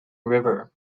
river